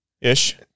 ish